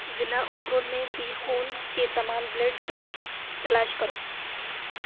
ضلع اخرول میں بی خون کے تمام بلڈ بینک تلاش کرو